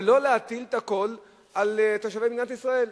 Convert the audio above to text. ולא להטיל הכול על תושבי מדינת ישראל.